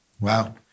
Wow